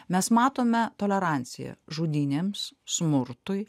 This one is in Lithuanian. mes matome toleranciją žudynėms smurtui